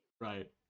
right